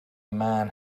man